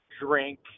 drink